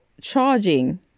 charging